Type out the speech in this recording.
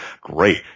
Great